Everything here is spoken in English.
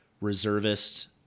reservists